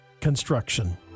Construction